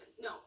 No